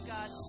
God